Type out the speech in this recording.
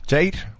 Jade